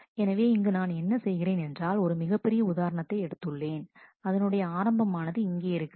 எனவே இங்கு நான் என்ன செய்கிறேன் என்றாள் ஒரு மிகப்பெரிய உதாரணத்தை எடுத்துள்ளேன் இதனுடைய ஆரம்பமானது இங்கே இருக்கிறது